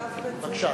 בבקשה.